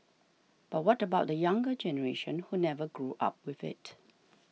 but what about the younger generation who never grew up with it